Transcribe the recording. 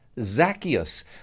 Zacchaeus